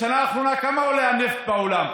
בשנה האחרונה, בכמה עלה הנפט בעולם?